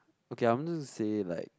okay I'm just gonna say like